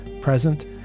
present